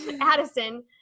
Addison